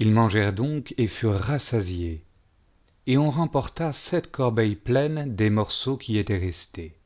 ils mangèrent donc et furent rassasiés et on remporta sept corbeilles pleines des morceaux qui étaient restés